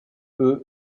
eux